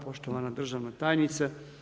Poštovana državna tajnice.